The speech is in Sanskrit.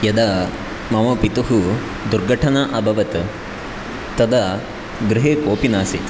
यदा मम पितुः दुर्घटना अभवत् तदा गृहे कोपि नासीत्